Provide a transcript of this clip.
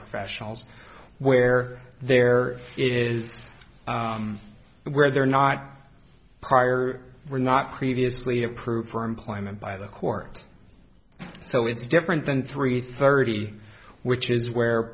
professionals where there is where they are not prior were not previously approved for employment by the court so it's different than three thirty which is where